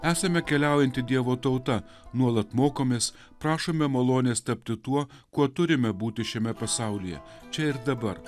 esame keliaujanti dievo tauta nuolat mokomės prašome malonės tapti tuo kuo turime būti šiame pasaulyje čia ir dabar